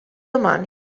domani